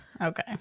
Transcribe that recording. okay